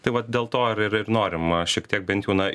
tai vat dėl to ir ir norima šiek tiek bent jau na